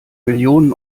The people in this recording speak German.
millionen